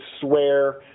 swear